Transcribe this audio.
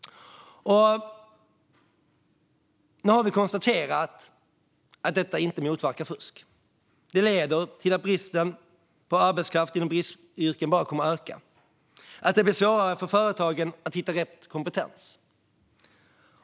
Nu har vi alltså konstaterat att detta inte motverkar fusk. Det leder till att bristen på arbetskraft inom bristyrken kommer att öka och att det blir svårare för företagen att hitta rätt kompetens.